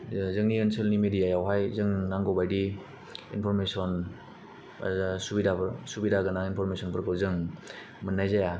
जोंनि ओनसोलनि मिडियायावहाय जों नांगौबायदि इनफरमेसन ओ सुबिदाबो सुबिदा गोनां इनफरमेसनफोरखौ जों मोननाय जाया